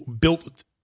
built